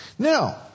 now